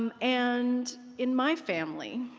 um and in my family,